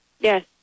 Yes